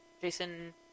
Jason